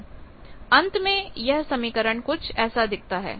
अंत में यह समीकरण कुछ ऐसा दिखता है